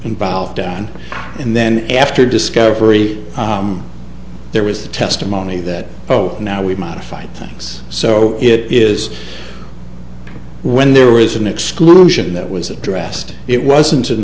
involved down and then after discovery there was the testimony that oh now we've modified things so it is when there was an exclusion that was addressed it wasn't an